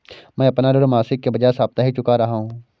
मैं अपना ऋण मासिक के बजाय साप्ताहिक चुका रहा हूँ